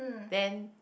then